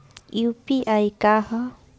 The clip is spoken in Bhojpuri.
यू.पी.आई का ह?